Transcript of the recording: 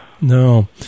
No